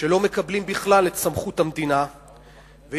שלא מקבלים בכלל את סמכות המדינה ויש